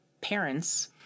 parents